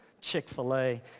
Chick-fil-A